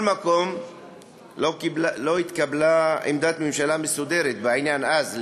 לא התקבלה עמדת ממשלה מסודרת בעניין אז,